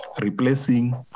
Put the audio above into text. replacing